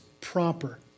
proper